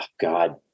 God